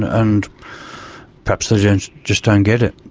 and perhaps they just just don't get it.